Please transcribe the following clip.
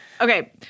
Okay